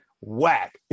whack